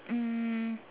um